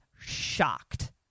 shocked